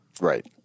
Right